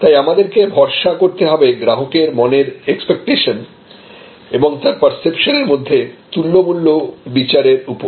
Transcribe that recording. তাই আমাদেরকে ভরসা করতে হবে গ্রাহকের মনের এক্সপেক্টেশন এবং তার পার্সেপশন মধ্যে তুল্য মূল্য বিচারের উপর